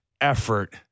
effort